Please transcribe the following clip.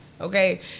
Okay